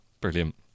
Brilliant